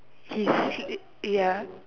his ya